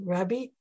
Rabbi